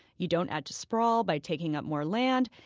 you don't add to sprawl by taking up more land.